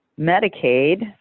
Medicaid